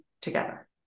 together